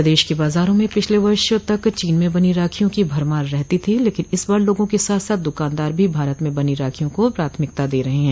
प्रदेश के बाजारों में पिछले वर्ष तक चीन में बनी राखियों की भरमार रहतो थी लेकिन इस बार लोगों के साथ साथ द्रकानदार भी भारत में बनी राखियों को प्राथमिकता दे रहे हैं